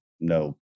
no